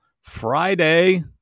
Friday